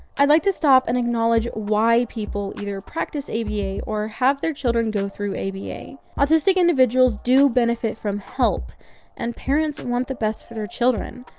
i'd like to stop and acknowledge why people either practice aba or have their children go through aba. autistic individuals do benefit from help and parents want the best for their children.